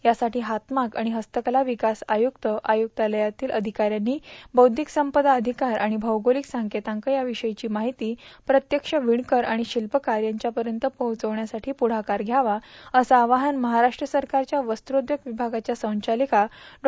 यासाठी सतमाग आणि हस्तकला विक्वास आयुक्त आयुक्तालयातील अधिकाऱ्यांनी बौध्दिक संपदा अधिकार आणि मौगोलिक संकेतांक या विषयीची माहिती प्रत्यस विणकर आणि शिल्पकार यांच्यापर्यंत पोहचवण्यासाठी पुढाकार घ्यावा असं आवाहन महाराष्ट्र सरकारच्या वस्त्रोबोग विमागाच्या संचालिका डॉ